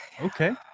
okay